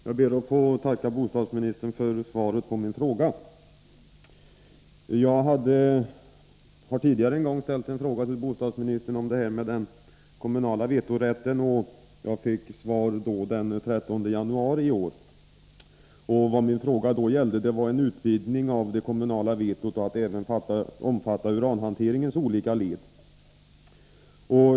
Herr talman! Jag ber att få tacka bostadsministern för svaret på min fråga. Jag har tidigare en gång ställt en fråga till bostadsministern om den kommunala vetorätten, och jag fick svar den 13 januari i år. Min fråga gällde då en utvidgning av det kommunala vetot till att omfatta även uranhanteringens olika led.